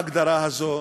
להגדרה הזאת,